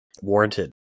warranted